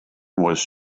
was